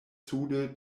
sude